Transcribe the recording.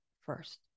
first